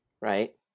Right